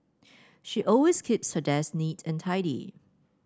she always keeps her desk neat and tidy